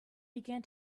began